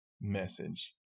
message